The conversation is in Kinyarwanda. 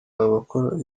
abakora